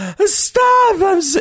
stop